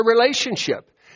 relationship